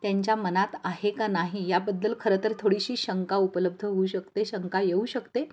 त्यांच्या मनात आहे का नाही याबद्दल खरंतर थोडीशी शंका उपलब्ध होऊ शकते शंका येऊ शकते